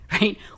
right